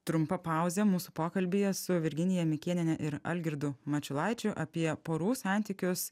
trumpa pauzė mūsų pokalbyje su virginija mikėniene ir algirdu mačiulaičiu apie porų santykius